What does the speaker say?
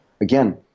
Again